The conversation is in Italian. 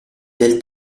del